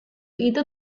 itu